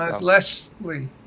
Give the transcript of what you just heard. Leslie